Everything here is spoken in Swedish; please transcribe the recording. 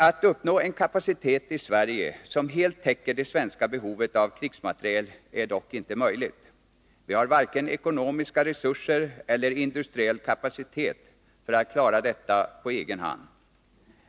Att uppnå en kapacitet i Sverige som helt täcker det svenska behovet av krigsmateriel är dock inte möjligt. Vi har varken ekonomiska resurser eller industriell kapacitet för att klara detta på egen hand.